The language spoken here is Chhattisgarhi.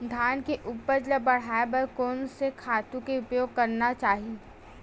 धान के उपज ल बढ़ाये बर कोन से खातु के उपयोग करना चाही?